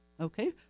Okay